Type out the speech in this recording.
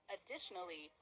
Additionally